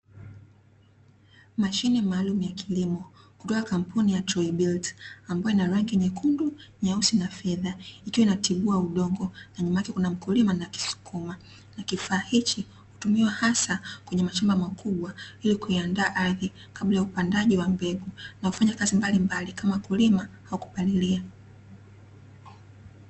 Mashine maalumu ya kilimo kutoka katika kampuni ya Trei bilt, ambayo ina rangi nyekundu, nyeusi na fedha. Ikiwa inatibua udongo, na nyuma yake kuna mkulima anakisukuma. Na kifaa hichi hutumiwa hasa kwenye mashamba makubwa, ili kuiandaa ardhi kabla ya upandaji wa mbegu, na hufanya kazi mbalimbali kama kulima na kupalilia.